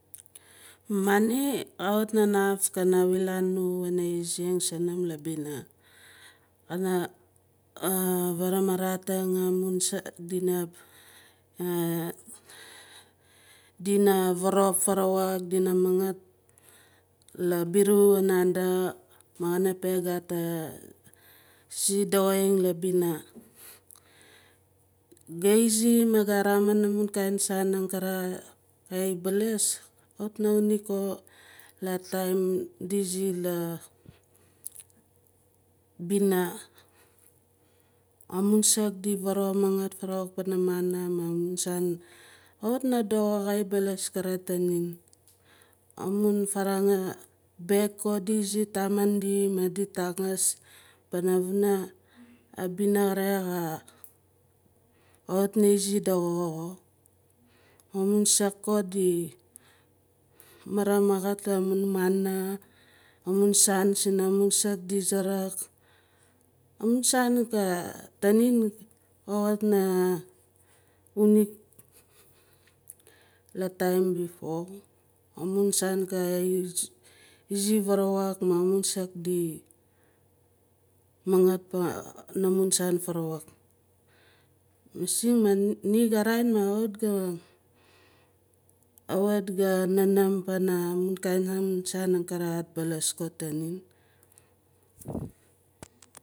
Money kawit na naaf kana awilan nu wana iziing zunum la bina kana vara ramating amun sak dina dina vaarop varaawak dina mangaat la biru a naanda ma xana pe gat a zi doxoing laa binaa xa izi ma xa aramin amun kain san angare xa baalas kawit na uniq ko lataim di izi kain la bina amu nsaak di vara mangaat varaawak pana money maa amun saan xawit na doxo xa baalas kere taanin. Aamun varaang a baayaak ko di izit taamin di ma taangis pana vuna aa bina xare xa xawit naa izi doxo xo amun saak xo di saarak amun saan xa tanin xawit na uniq la taim bipo amun saan xa izi varaawak ma amun saak di mangaat ba naamun saan varaawak masing ni xa ga vaain ma xawit xa xawit xa namaan mun kain span aakere xa baalas tanin